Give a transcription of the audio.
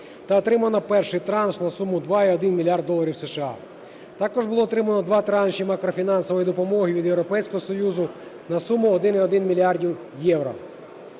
та отримано перший транш на суму 2,1 мільярд доларів США. Також було отримано два транші макрофінансової допомоги від Європейського Союзу на суму 1,1 мільярд євро.